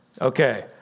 okay